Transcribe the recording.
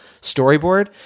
storyboard